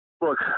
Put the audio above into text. look